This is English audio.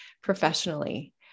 professionally